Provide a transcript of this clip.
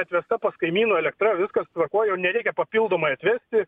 atvesta pas kaimynų elektra viskas tvarkoj jau nereikia papildomai atvesti